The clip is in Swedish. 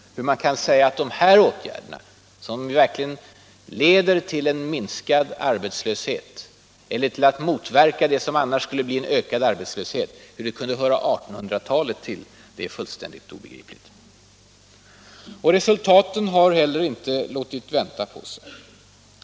Hur man kan säga att dessa åtgärder, som verkligen leder till en minskad arbetslöshet eller som motverkar det som annars skulle kunna bli en ökad arbetslöshet, hör 1800-talet till är fullständigt obegripligt. Resultaten av de åtgärder som vidtagits har inte heller i övrigt låtit vänta på sig.